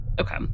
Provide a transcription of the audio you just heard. Okay